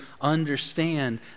understand